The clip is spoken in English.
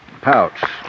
pouch